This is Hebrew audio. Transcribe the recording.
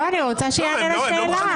(חברת הכנסת יוליה מלינובסקי יוצאת מאולם הוועדה) אני רוצה שיענה לשאלה.